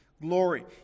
glory